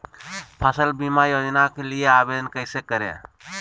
फसल बीमा योजना के लिए आवेदन कैसे करें?